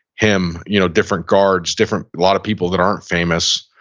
him, you know different guards, different, a lot of people that aren't famous,